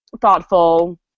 thoughtful